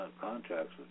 contracts